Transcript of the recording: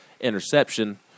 interception